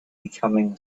becoming